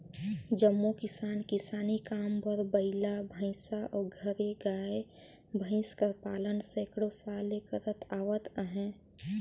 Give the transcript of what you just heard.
जम्मो किसान किसानी काम बर बइला, भंइसा अउ घरे गाय, भंइस कर पालन सैकड़ों साल ले करत आवत अहें